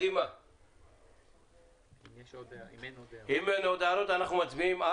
אם אין עוד הערות, אנחנו מצביעים.